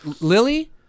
lily